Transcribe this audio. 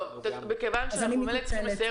מכיוון שאנחנו בכל מקרה צריכים לסיים